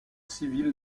civil